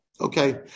Okay